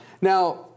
Now